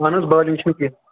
اہن حظ بالینٛغ چھِ نہ کینٛہہ